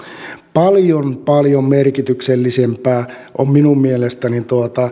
paljon paljon merkityksellisempiä ovat minun mielestäni